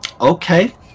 Okay